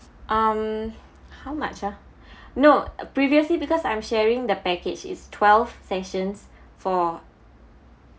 um how much ah no previously because I'm sharing the package is twelve sessions for